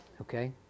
Okay